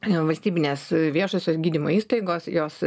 nevalstybinės e viešosios gydymo įstaigos jos